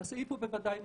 הסעיף הוא בוודאי מוצדק.